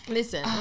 Listen